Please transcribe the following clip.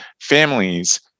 families